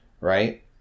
right